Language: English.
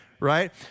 Right